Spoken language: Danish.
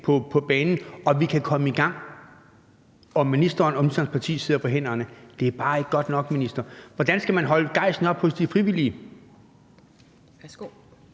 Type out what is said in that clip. på banen, og at vi kan komme i gang. Men ministeren og ministerens parti sidder på hænderne; det er bare ikke godt nok, minister. Hvordan skal man holde gejsten oppe hos de frivillige?